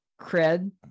cred